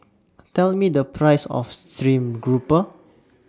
Tell Me The Price of Stream Grouper